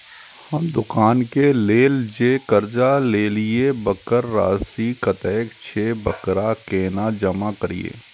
हम दुकान के लेल जे कर्जा लेलिए वकर राशि कतेक छे वकरा केना जमा करिए?